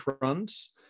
runs